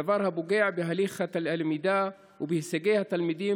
דבר הפוגע בהליך הלמידה ובהישגי התלמידים,